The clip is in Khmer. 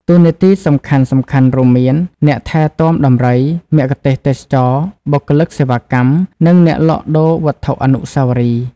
តួនាទីសំខាន់ៗរួមមាន អ្នកថែទាំដំរី មគ្គុទ្ទេសក៍ទេសចរណ៍ បុគ្គលិកសេវាកម្ម និងអ្នកលក់ដូរវត្ថុអនុស្សាវរីយ៍។